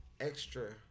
extra